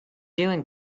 doing